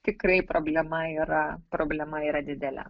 tikrai problema yra problema yra didelė